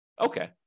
Okay